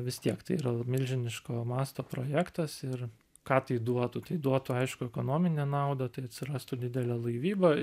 vis tiek tai yra milžiniško masto projektas ir ką tai duotų tai duotų aišku ekonominę naudą atsirastų didelė laivyba